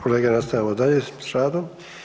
Kolege, nastavljamo dalje s radom.